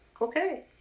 Okay